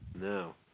No